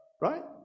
right